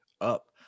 up